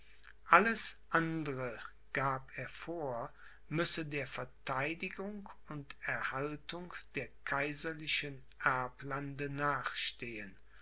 alles andre gab er vor müsse der verteidigung und erhaltung der kaiserlichen erblande nachstehen